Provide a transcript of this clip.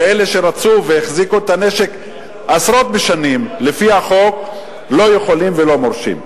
ואלה שרצו והחזיקו את הנשק עשרות בשנים לפי החוק לא יכולים ולא מורשים.